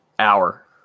hour